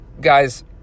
guys